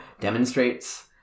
demonstrates